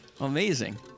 Amazing